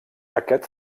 aquest